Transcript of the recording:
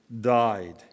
died